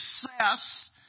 success